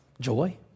joy